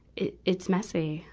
it, it's messy,